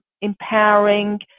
empowering